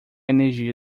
energia